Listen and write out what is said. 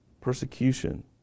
persecution